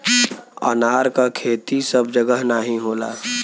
अनार क खेती सब जगह नाहीं होला